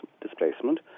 displacement